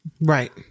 Right